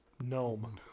gnome